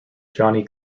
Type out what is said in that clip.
johnny